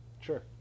sure